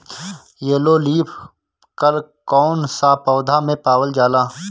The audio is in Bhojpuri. येलो लीफ कल कौन सा पौधा में पावल जाला?